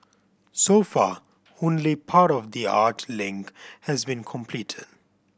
so far only part of the art link has been completed